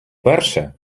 перше